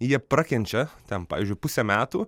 jie prakenčia ten pavyzdžiui pusę metų